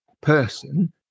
person